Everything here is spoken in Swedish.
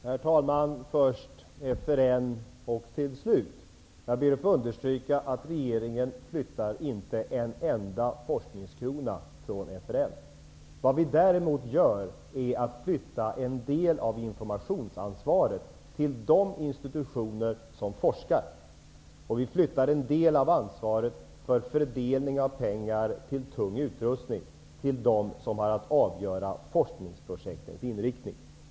Herr talman! Jag ber att få understryka att regeringen inte flyttar en enda forskningskrona från FRN. Vad vi däremot gör är att flytta en del av informationsansvaret till de institutioner som forskar, och en del av ansvaret för fördelning av pengar till tung utrustning till dem som har att avgöra forskningsprojektens inriktning.